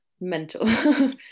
mental